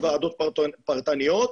ועדות פרטניות.